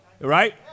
Right